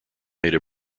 made